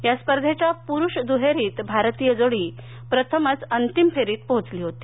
या स्पर्धेच्या पुरूष दहेरीत भारतीय जोडी प्रथमच अंतिम फेरीत पोहोचली होती